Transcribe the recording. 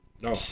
No